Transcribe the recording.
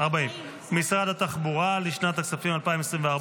סעיף 40, משרד התחבורה, לשנת הכספים 2024,